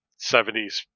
70s